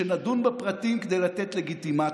שנדון בפרטים כדי לתת לגיטימציה.